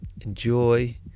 enjoy